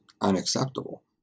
unacceptable